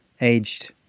aged